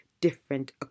different